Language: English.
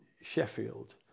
Sheffield